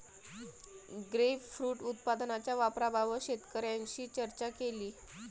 grapefruit उत्पादनाच्या वापराबाबत शेतकऱ्यांशी चर्चा केली